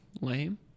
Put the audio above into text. Lame